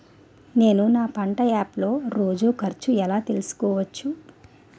నేను నా పంట యాప్ లో రోజు ఖర్చు ఎలా తెల్సుకోవచ్చు?